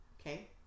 Okay